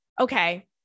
Okay